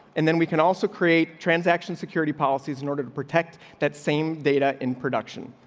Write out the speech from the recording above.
and then we can also create transaction security policies in order to protect that same data in production.